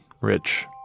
rich